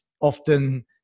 often